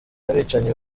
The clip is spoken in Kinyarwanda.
abicanyi